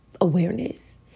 awareness